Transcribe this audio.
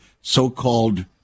so-called